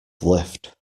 lift